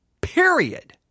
Period